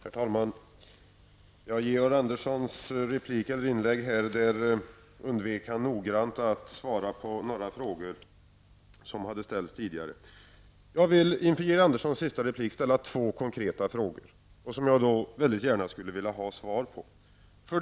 Herr talman! Georg Andersson undvek noggrant i sitt anförande att svara på några frågor som tidigare ställts. Jag vill inför Georg Anderssons sista replik ställa två konkreta frågor, och jag skulle gärna vilja ha svar på dem.